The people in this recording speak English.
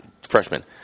freshman